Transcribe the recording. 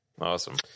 awesome